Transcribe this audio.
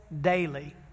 daily